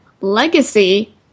Legacy